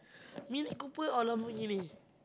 mini-cooper or Lamborghini